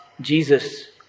Jesus